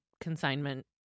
consignment